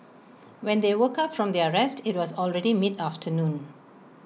when they woke up from their rest IT was already mid afternoon